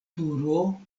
turo